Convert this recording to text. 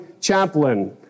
chaplain